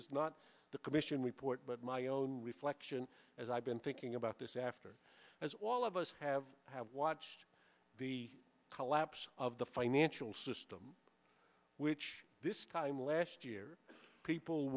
is not the commission report but my own reflection as i've been thinking about this after as all of us have have watched the collapse of the financial system which this time last year people